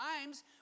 times